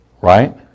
Right